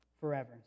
forever